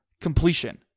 completion